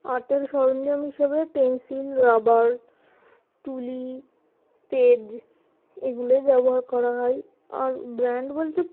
আর্টের সরঞ্জাম হিসাবে পেন্সিল রাবার তুলি পেজ এগুলোই ব্যবহার করা হয় আর ব্র্যান্ড বলতে